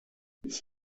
its